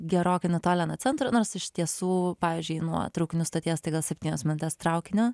gerokai nutolę nuo centro nors iš tiesų pavyzdžiui nuo traukinių stoties staiga septynios minutės traukinio